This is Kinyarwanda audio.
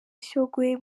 shyogwe